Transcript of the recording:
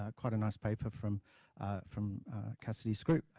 ah quite a nice paper from from cassidy's group,